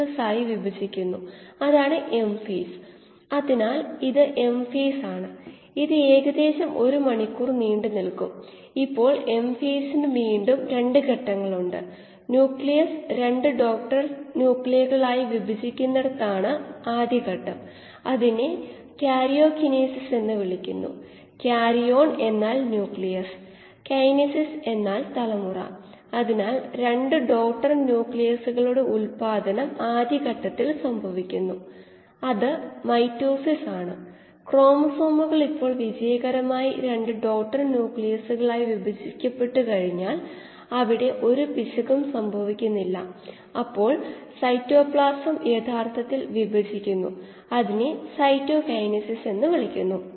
ഒരു ഫംഗ്ഷനായി ഗണിതശാസ്ത്രപരമായി പരമാവധി അവസ്ഥകൾ നമുക്കറിയാം ഉദാഹരണത്തിന് 𝑅 𝑓𝐷 എന്ന ഫംഗ്ഷന് മാക്സിമയിൽ സെൽ ഉൽപാദനക്ഷമത R എന്നത് 𝑅 𝜇𝑥 കീമോസ്റ്റാറ്റിൽ 𝜇 𝐷 ആയതിനാൽ 𝑅 𝐷𝑥 X എന്നെടുക്കാം Dയുടെ അടിസ്ഥാനത്തിൽ Sന് പകരം കൊടുക്കുക ഒരു ഫംഗ്ഷനായി 𝑅 𝑓𝐷 എന്ന് എടുക്കാം മാക്സിമയ്ക്കുള്ള വ്യവസ്ഥകൾ അതിനാൽ പരമാവധി സെൽ പ്രൊഡക്റ്റിവിറ്റി കിട്ടാൻ ൽ നിന്ന് R ന് പകരം കൊടുത്താൽ 𝜇𝑚 − 𝐷2 ഉപയോഗിച്ച് ഉടനീളം ഗുണിക്കുന്നു